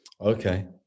Okay